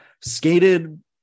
skated